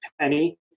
Penny